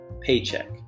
paycheck